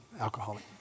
alcoholic